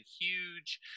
huge